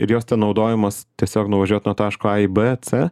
ir jos ten naudojamos tiesiog nuvažiuot nuo taško a į b c